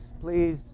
Please